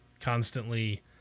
constantly